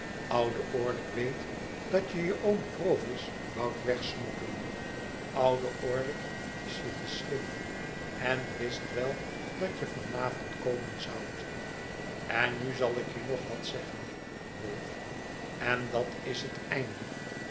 oude orlick weet dat je je oom provis woudt wegsmokkelen oude orlick is jeteslim en wist wel dat je van avond komen zoudt en nu zal ik je nog wat zeggen wolf en dat is het einde